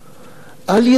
אל ייאוש.